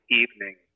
evening